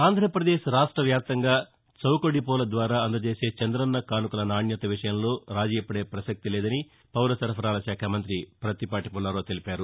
ఆంధ్రాపదేశ్ రాష్ట వ్యాప్తంగా చౌక డిపోల ద్వారా అందజేసే చందన్న కానుకల నాణ్యత విషయంలో రాజీపదే పసక్తి లేదని పౌర సరఫరాల శాఖ మంత్రి పత్తిపాటి పుల్లారావు తెలిపారు